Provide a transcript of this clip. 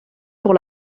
pour